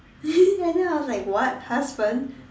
and then I was like what husband